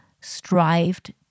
strived